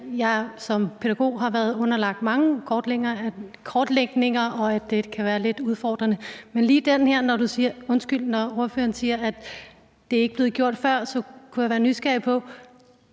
jeg som pædagog har været underlagt mange kortlægninger, og at det kan være lidt udfordrende. Men når ordføreren siger, at lige det her ikke er blevet gjort før, så kunne jeg da være nysgerrig på,